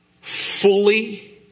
fully